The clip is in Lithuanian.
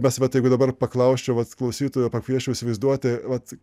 nes vat jeigu dabar paklausčiau vat klausytojo pakviesčiau įsivaizduoti vat